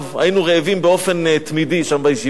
היינו רעבים באופן תמידי שם בישיבה.